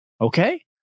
Okay